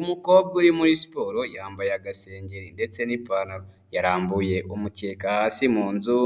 Umukobwa uri muri siporo yambaye agasengeri ndetse n'ipantaro, yarambuye umukeka hasi mu nzu,